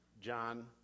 John